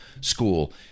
school –